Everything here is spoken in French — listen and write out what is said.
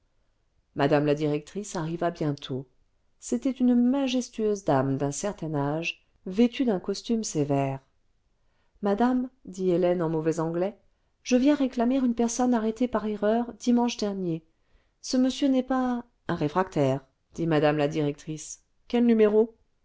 mme la directrice arriva bientôt c'était une majestueuse dame d'un certain âge vêtue d'un costume sévère ce madame dit hélène en mauvais anglais je viens réclamer une personne arrêtée par erreur dimanche dernier ce monsieur n'est pas un réfractaire dit mme la directrice quel numéro